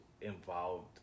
involved